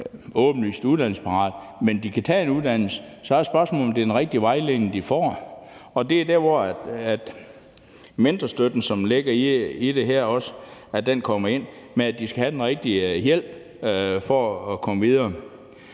åbenbart uddannelsesparate, men de kan tage en uddannelse. Så er spørgsmålet, om det er den rigtige vejledning, de får. Det er der, hvor mentorstøtten, som også ligger i det her forslag, kommer ind med, at de skal have den rigtige hjælp for at komme videre.